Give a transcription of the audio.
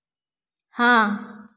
हाँ